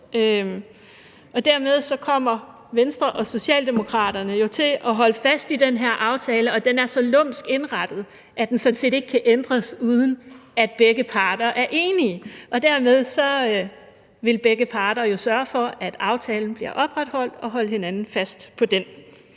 dermed kommer Venstre og Socialdemokraterne jo til at holde fast i den her aftale. Den er så lumsk indrettet, at den sådan set ikke kan ændres, uden at begge parter er enige, og dermed vil begge parter jo sørge for, at aftalen bliver opretholdt, og holde hinanden fast på den.